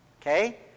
Okay